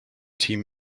team